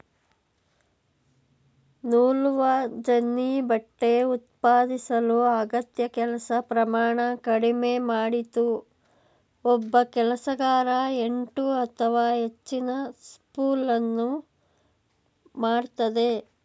ನೂಲುವಜೆನ್ನಿ ಬಟ್ಟೆ ಉತ್ಪಾದಿಸಲು ಅಗತ್ಯ ಕೆಲಸ ಪ್ರಮಾಣ ಕಡಿಮೆ ಮಾಡಿತು ಒಬ್ಬ ಕೆಲಸಗಾರ ಎಂಟು ಅಥವಾ ಹೆಚ್ಚಿನ ಸ್ಪೂಲನ್ನು ಮಾಡ್ತದೆ